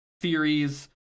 theories